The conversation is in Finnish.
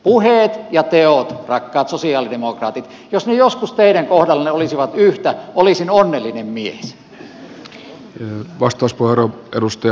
puheet ja teot rakkaat sosialidemokraatit jos ne joskus teidän kohdallanne olisivat yhtä olisin onnellinen mies